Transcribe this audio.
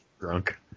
drunk